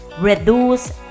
reduce